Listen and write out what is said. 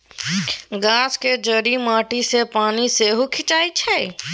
गाछक जड़ि माटी सँ पानि सेहो खीचई छै